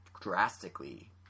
drastically